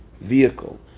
vehicle